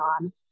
on